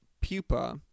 pupa